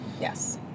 Yes